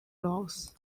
laws